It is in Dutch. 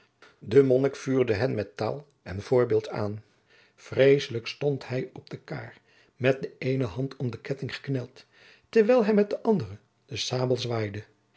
de monnik vuurde hen met taal en voorbeeld aan vreesselijk stond hij op de kaar met de eene hand om de ketting gekneld terwijl hij met de andere den sabel zwaaide